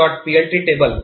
plt table